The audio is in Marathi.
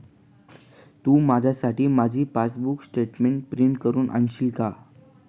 तू माझ्यासाठी माझी पासबुक स्टेटमेंट प्रिंट करून आणशील का?